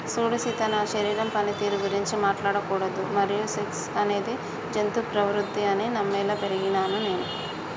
సూడు సీత నా శరీరం పనితీరు గురించి మాట్లాడకూడదు మరియు సెక్స్ అనేది జంతు ప్రవుద్ది అని నమ్మేలా పెరిగినాను నేను